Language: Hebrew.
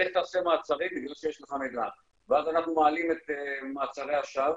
לך תעשה מעצרים בגלל שיש לך מידע ואז אנחנו מעלים את מעצרי השווא,